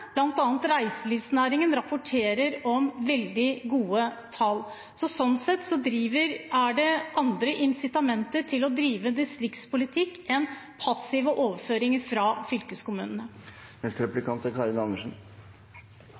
rapporterer reiselivsnæringen om veldig gode tall. Sånn sett er det andre incitamenter til å drive distriktspolitikk enn passive overføringer fra